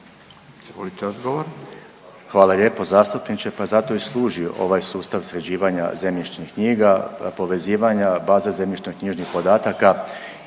Hvala lijepo zastupniče, pa zato i služi ovaj sustav sređivanja zemljišnih knjiga i povezivanja baze zemljišnoknjižnih podataka,